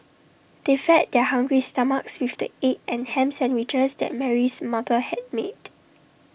they fed their hungry stomachs with the egg and Ham Sandwiches that Mary's mother had made